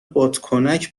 بادکنک